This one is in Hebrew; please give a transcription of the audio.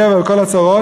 דבר וכל הצרות,